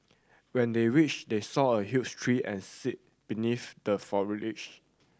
when they reached they saw a huge tree and sit beneath the foliage